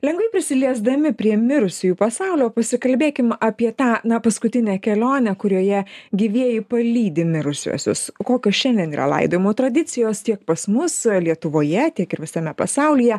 lengvai prisiliesdami prie mirusiųjų pasaulio pasikalbėkim apie tą na paskutinę kelionę kurioje gyvieji palydi mirusiuosius kokios šiandien yra laidojimo tradicijos tiek pas mus lietuvoje tiek ir visame pasaulyje